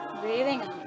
Breathing